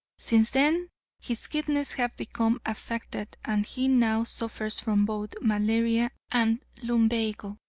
since then his kidneys have become affected, and he now suffers from both malaria and lumbago.